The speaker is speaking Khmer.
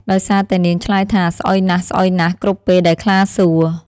ដោយសារតែនាង ឆ្លើយថា ស្អុយណាស់ៗ គ្រប់ពេលដែលខ្លាសួរ។